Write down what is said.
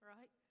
Right